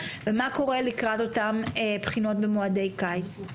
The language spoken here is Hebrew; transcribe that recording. ומה קורה לקראת אותן בחינות במועדי קיץ.